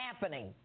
happening